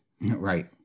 Right